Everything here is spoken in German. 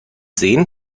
sehen